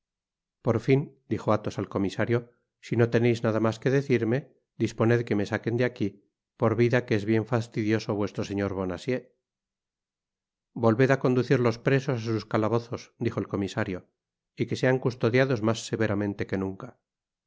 por fin dijo athos al comisario si no teneis nada mas que decirme disponed que me saquen de aquí por vida que es bien fastidioso vuestro señor bonacieux volved á conducir los presos á sus calabozos dijo el comisario y que sean custodiados mas severamente que nunca